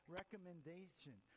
recommendation